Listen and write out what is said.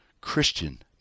Christian